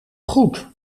goed